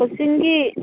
ꯀꯣꯆꯤꯡꯒꯤ